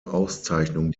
auszeichnung